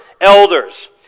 elders